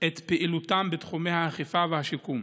את פעילותם בתחומי האכיפה והשיקום.